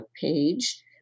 page